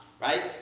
right